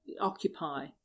occupy